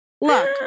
look